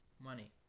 Money